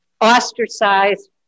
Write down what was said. ostracized